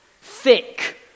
Thick